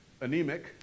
anemic